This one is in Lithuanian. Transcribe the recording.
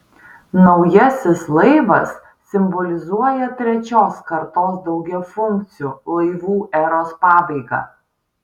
naujasis laivas simbolizuoja trečios kartos daugiafunkcių laivų eros pabaigą